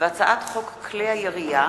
הצעת חוק כלי הירייה